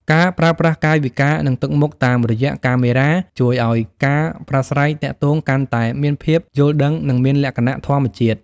ការប្រើប្រាស់កាយវិការ និងទឹកមុខតាមរយៈកាមេរ៉ា ជួយឱ្យការប្រាស្រ័យទាក់ទងកាន់តែមានភាពយល់ដឹង និងមានលក្ខណៈធម្មជាតិ។